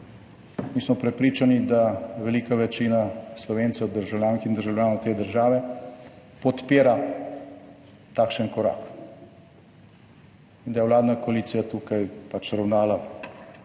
Mi smo prepričani, da velika večina Slovencev, državljank in državljanov te države podpira takšen korak in da je vladna koalicija tukaj pač ravnala